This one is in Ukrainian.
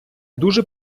дуже